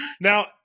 Now